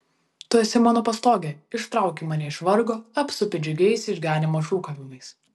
tu esi mano pastogė ištrauki mane iš vargo apsupi džiugiais išganymo šūkavimais